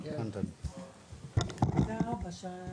בבקשה.